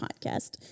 podcast